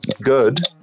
good